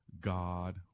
God